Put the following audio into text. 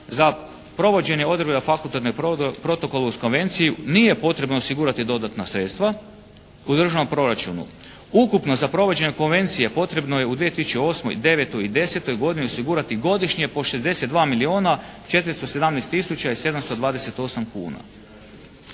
Za provođenje odredaba fakultativnog protokola uz konvenciju nije potrebno osigurati dodatna sredstva u državnom proračunu. Ukupno za provođenje konvencije potrebno je u 2008., 2009. i 2010. osigurati godišnje po 62 milijuna 417 tisuća i 728 kuna.